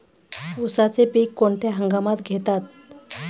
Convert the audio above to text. उसाचे पीक कोणत्या हंगामात घेतात?